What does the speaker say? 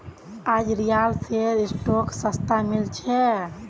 आज रिलायंसेर स्टॉक सस्तात मिल छ